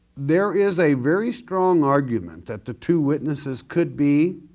there is a very strong argument that the two witnesses could be